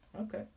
Okay